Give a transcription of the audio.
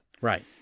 Right